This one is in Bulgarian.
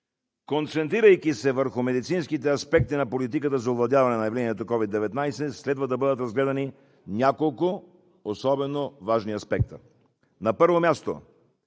Концентрирайки се върху медицинските аспекти на политиката за овладяване на явлението COVID-19, следва да бъдат разгледани няколко особено важни аспекта. На първо място